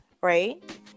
right